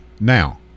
now